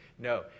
No